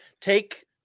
take